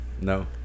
No